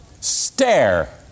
stare